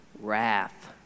wrath